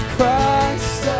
Christ